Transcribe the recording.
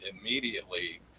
immediately